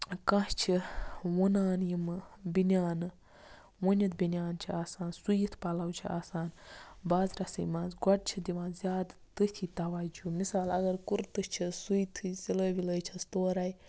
کٲنسہِ چھِ وونان ییٚمہٕ بینِیانہٕ ووٗنِتھ بینِیانہٕ چھِ آسان سُیِتھ پَلو چھِ آسان بازرَسٕے منٛز گۄڈٕ چھِ دِوان زیادٕ تٔتھی تَوَجُہہ مِثال اَگر کُرتہٕ چھ سُوتھٕے سِلٲے وِلٲے چھَس تورٕے